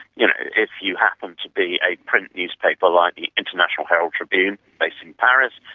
you know, if you happen to be a print newspaper like the international herald tribune based in paris,